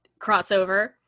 crossover